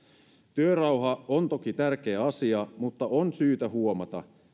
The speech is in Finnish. työrauha on toki tärkeä asia mutta on syytä huomata